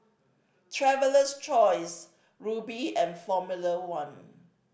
Traveler's Choice Rubi and Formula One